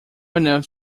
enough